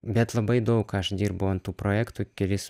bet labai daug aš dirbau ant tų projektų kelis